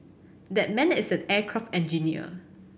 that man is an aircraft engineer